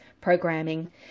programming